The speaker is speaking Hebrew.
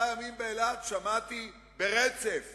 באילת שמעתי ברצף